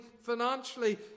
financially